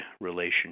relationship